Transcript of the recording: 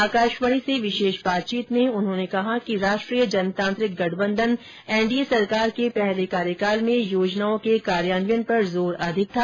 आकाशवाणी से विशेष बातचीत में उन्होंने कहा कि राष्ट्रीय जनतांत्रिक गठबंधन एनडीए सरकार के पहले कार्यकाल में योजनाओं के कार्यान्वयन पर जोर अधिक था